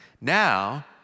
Now